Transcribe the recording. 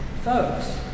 folks